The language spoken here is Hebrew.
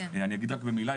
אני אגיד רק במילה,